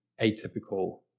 atypical